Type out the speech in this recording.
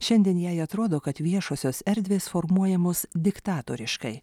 šiandien jai atrodo kad viešosios erdvės formuojamos diktatoriškai